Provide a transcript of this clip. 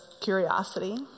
curiosity